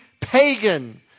pagan